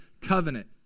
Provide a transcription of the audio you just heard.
covenant